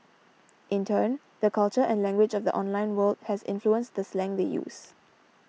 in turn the culture and language of the online world has influenced the slang they use